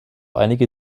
einige